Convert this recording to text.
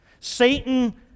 Satan